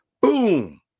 boom